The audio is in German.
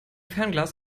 fernglas